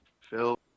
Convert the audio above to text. Phil